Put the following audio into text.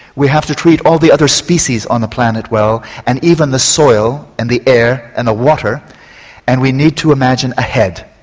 we have to treat all the other species on the planet well and even the soil, and the air, and the water and we need to imagine ahead,